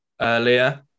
earlier